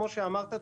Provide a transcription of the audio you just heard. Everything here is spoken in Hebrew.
כמו שאמרת,